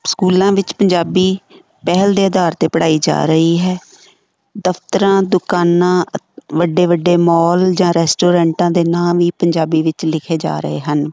ਸਕੂਲਾਂ ਵਿੱਚ ਪੰਜਾਬੀ ਪਹਿਲ ਦੇ ਅਧਾਰ 'ਤੇ ਪੜ੍ਹਾਈ ਜਾ ਰਹੀ ਹੈ ਦਫ਼ਤਰਾਂ ਦੁਕਾਨਾਂ ਅ ਵੱਡੇ ਵੱਡੇ ਮੋਲ ਜਾਂ ਰੈਸਟੋਰੈਂਟਾਂ ਦੇ ਨਾਂ ਵੀ ਪੰਜਾਬੀ ਵਿੱਚ ਲਿਖੇ ਜਾ ਰਹੇ ਹਨ